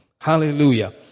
Hallelujah